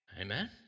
Amen